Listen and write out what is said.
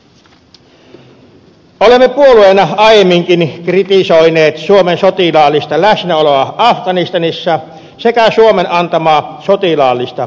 olemme puolueena aiemminkin kritisoineet suomen sotilaallista läsnäoloa afganistanissa sekä suomen antamaa sotilaallista koulutusta